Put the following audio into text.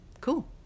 cool